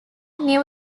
new